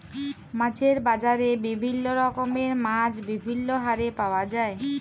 মাছের বাজারে বিভিল্য রকমের মাছ বিভিল্য হারে পাওয়া যায়